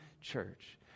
church